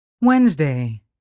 Wednesday